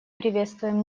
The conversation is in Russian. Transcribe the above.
приветствуем